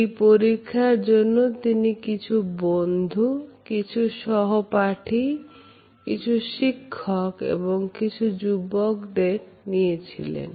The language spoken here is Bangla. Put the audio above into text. এই পরীক্ষার জন্য তিনি কিছু বন্ধু কিছু সহপাঠী কিছু শিক্ষক এবং কিছু যুবকদের নিয়েছিলেন